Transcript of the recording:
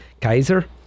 Kaiser